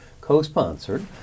co-sponsored